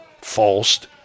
false